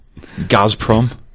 Gazprom